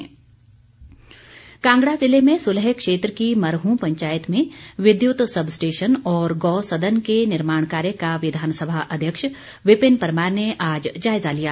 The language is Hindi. परमार कांगड़ा जिले में सुलह क्षेत्र की मरहूं पंचायत में विद्युत सब स्टेशन और गौ सदन के निर्माण कार्य का विधानसभा अध्यक्ष विपिन परमार ने आज जायजा लिया